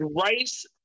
Rice